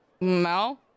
No